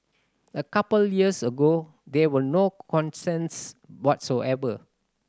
a couple years ago there were no whatsoever